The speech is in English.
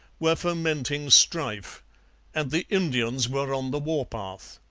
were fomenting strife and the indians were on the war-path.